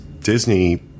Disney